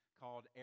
called